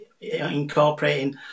incorporating